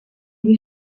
lui